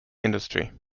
industry